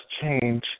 change